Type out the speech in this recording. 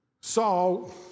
Saul